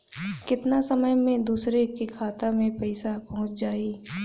केतना समय मं दूसरे के खाता मे पईसा पहुंच जाई?